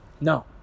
No